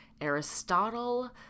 Aristotle